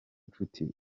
nshuti